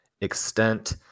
extent